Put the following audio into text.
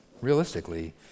realistically